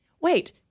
Wait